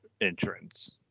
entrance